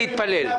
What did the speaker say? אני אתפלל.